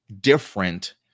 different